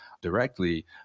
directly